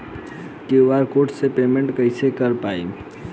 QR code से payment कईसे कर पाएम?